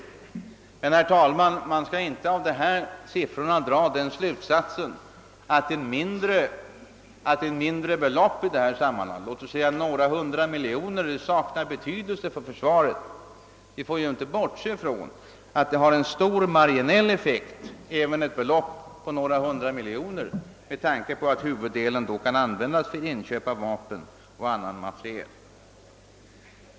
Men, herr talman, man skall av dessa siffror inte dra den slutsatsen att ett belopp — låt oss säga på några hundra miljoner kronor — i detta sammanhang saknar betydelse för försvaret. även ett belopp på några hundra miljoner kronor har en stor marginaleffekt, eftersom huvuddelen av detta belopp kan användas för inköp av vapen och annan materiel.